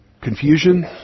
Confusion